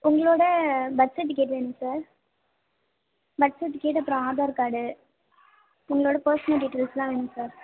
உங்களோட birth certificate வேணும் sir birth certificate அப்புறம் ஆதார் கார்டு உங்களோட பர்ஸ்னல் டீடெய்ல்ஸெலாம் வேணும் சார்